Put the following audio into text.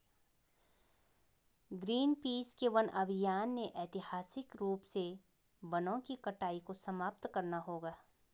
Greenpeace के वन अभियान ने ऐतिहासिक रूप से वनों की कटाई को समाप्त करना होगा